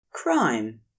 Crime